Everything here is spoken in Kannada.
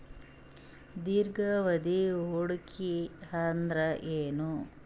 ದೀರ್ಘಾವಧಿ ಹೂಡಿಕೆ ಅಂದ್ರ ಏನು?